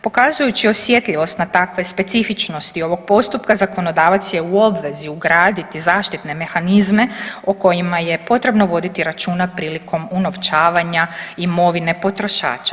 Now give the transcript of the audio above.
Pokazujući osjetljivost na takve specifičnosti ovog postupka zakonodavac je u obvezi ugraditi zaštitne mehanizme o kojima je potrebno voditi računa prilikom unovčavanja imovine potrošača.